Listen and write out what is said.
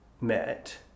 met